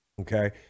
okay